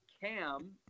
Cam